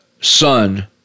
son